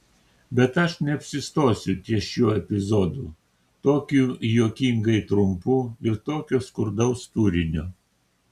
bet aš neapsistosiu ties šiuo epizodu tokiu juokingai trumpu ir tokio skurdaus turinio